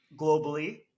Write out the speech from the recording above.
globally